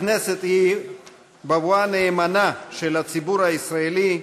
הכנסת היא בבואה נאמנה של הציבור הישראלי,